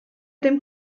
dem